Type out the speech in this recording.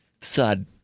sud